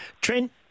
Trent